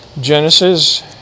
Genesis